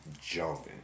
Jumping